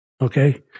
Okay